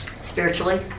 spiritually